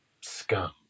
scum